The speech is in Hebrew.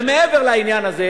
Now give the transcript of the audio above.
מעבר לעניין הזה